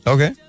Okay